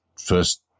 first